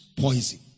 poison